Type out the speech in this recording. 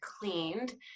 cleaned